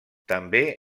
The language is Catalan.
també